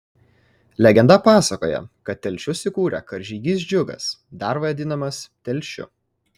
legenda pasakoja kad telšius įkūrė karžygys džiugas dar vadinamas telšiu